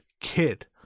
Kid